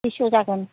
दुइस' जागोन